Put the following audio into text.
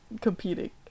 competing